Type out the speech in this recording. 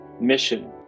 mission